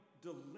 deliver